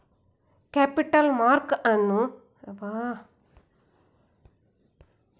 capital market ಅನ್ನು stock exchange board of India ಮತ್ತು RBI ನಿಯಂತ್ರಿಸುತ್ತದೆ